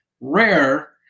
rare